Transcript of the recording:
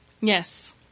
Yes